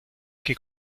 que